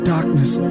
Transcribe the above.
darkness